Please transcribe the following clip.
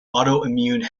autoimmune